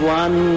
one